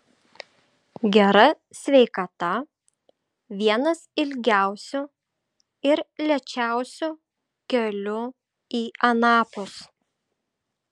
gera sveikata vienas ilgiausių ir lėčiausių kelių į anapus